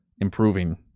improving